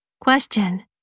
Question